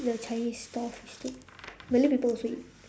the chinese stall fish soup malay people also eat